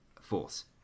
force